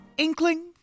Inkling